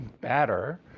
better